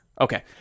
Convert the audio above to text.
Okay